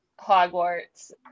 Hogwarts